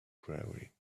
quarry